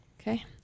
Okay